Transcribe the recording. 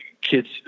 kids